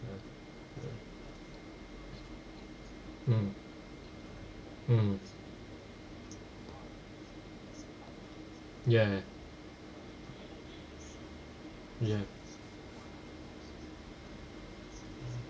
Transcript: mm mm ya ya